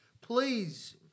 please